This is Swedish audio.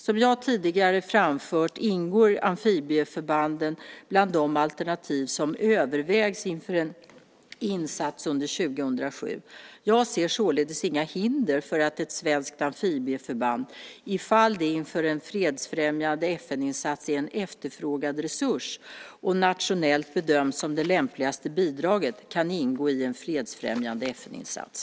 Som jag tidigare framfört ingår amfibieförbanden i de alternativ som övervägs inför en insats under 2007. Jag ser således inga hinder för att ett svenskt amfibieförband, ifall det inför en fredsfrämjande FN-insats är en efterfrågad resurs och nationellt bedöms som det lämpligaste bidraget, kan ingå i en fredsfrämjande FN-insats.